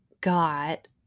got